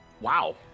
Wow